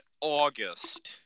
August